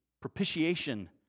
Propitiation